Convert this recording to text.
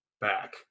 back